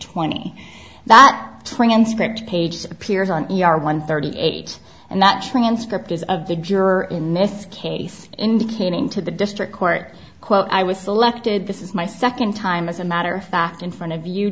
twenty that transcript page appears on one thirty eight and that transcript is of the juror in this case indicating to the district court quote i was selected this is my second time as a matter of fact in front of you